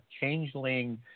changeling